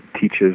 teaches